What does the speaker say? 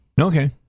Okay